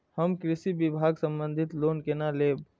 हम कृषि विभाग संबंधी लोन केना लैब?